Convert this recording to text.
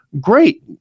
Great